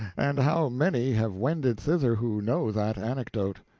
and how many have wended thither who know that anecdote.